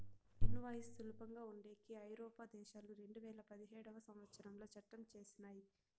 invoice సులభంగా ఉండేకి ఐరోపా దేశాలు రెండువేల పదిహేడవ సంవచ్చరంలో చట్టం చేసినయ్